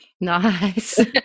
nice